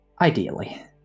Ideally